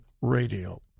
radio